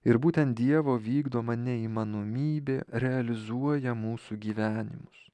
ir būtent dievo vykdoma neįmanomybė realizuoja mūsų gyvenimus